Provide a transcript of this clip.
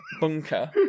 bunker